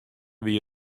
wie